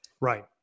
Right